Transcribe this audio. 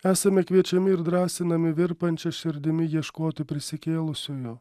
esame kviečiami ir drąsinami virpančia širdimi ieškoti prisikėlusiojo